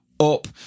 up